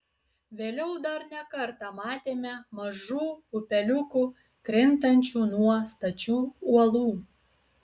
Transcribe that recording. vėliau dar ne kartą matėme mažų upeliukų krintančių nuo stačių uolų